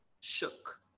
shook